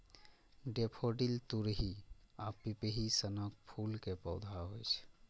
daffodil तुरही अथवा पिपही सनक फूल के पौधा होइ छै